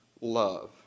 love